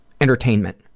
entertainment